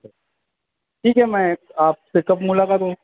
ٹھیک ہے میں آپ سے کب ملاقات ہو